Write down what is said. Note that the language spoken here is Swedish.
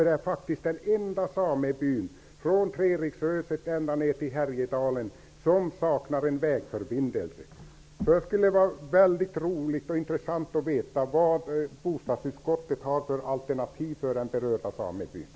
Det är den enda samebyn, från Treriksröset ända ner till Det skulle vara mycket intressant att veta vilka alternativ bostadsutskottet har för den berörda samebyn.